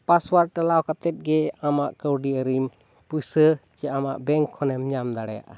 password ᱰᱟᱞᱟᱣ ᱠᱟᱛᱮᱫ ᱜᱮ ᱟᱢᱟᱜ ᱠᱟᱹᱣᱰᱤ ᱟᱹᱨᱤ ᱯᱚᱭᱥᱟ ᱥᱮ ᱟᱢᱟᱜ ᱵᱮᱝᱠ ᱠᱷᱚᱱᱮᱢ ᱧᱟᱢ ᱫᱟᱲᱮᱭᱟᱜᱼᱟ